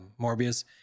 Morbius